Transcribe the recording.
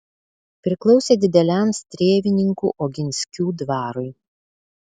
priklausė dideliam strėvininkų oginskių dvarui